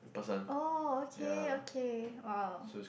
oh okay okay !wow!